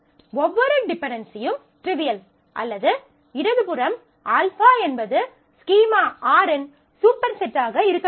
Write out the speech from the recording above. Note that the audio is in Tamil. ஒவ்வொரு டிபென்டென்சியும் ட்ரிவியல் அல்லது இடது புறம் α என்பது ஸ்கீமா R இன் சூப்பர்செட் ஆக இருக்க வேண்டும்